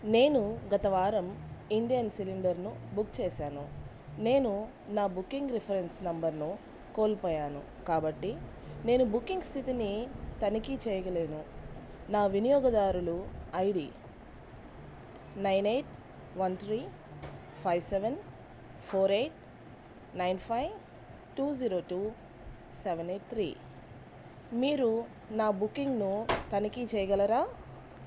నేను గత వారం ఇండేన్ సిలిండర్ను బుక్ చేసాను నేను నా బుకింగ్ రిఫరెన్స్ నెంబర్ను కోల్పోయాను కాబట్టి నేను బుకింగ్ స్థితిని తనిఖీ చేయలేను నా వినియోగదారుల ID nine eight one three five seven four eight nine five two zero two seven eight three మీరు నా బుకింగ్ను తనిఖీ చేయగలరా